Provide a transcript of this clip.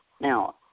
now